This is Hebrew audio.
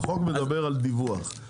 החוק מדבר על דיווח.